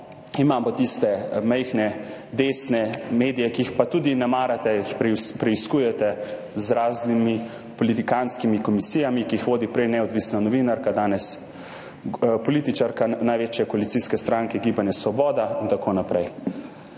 imamo tiste majhne desne medije, ki jih pa tudi ne marate, jih preiskujete z raznimi politikantskimi komisijami, ki jih vodi prej neodvisna novinarka, danes političarka največje koalicijske stranke Gibanje Svoboda, in tako naprej.